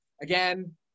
again